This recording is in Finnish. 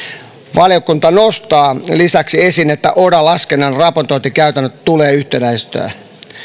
valiokunta nostaa lisäksi esiin että oda laskennan raportointikäytännöt tulee yhtenäistää